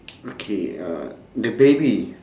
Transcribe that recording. okay uh the baby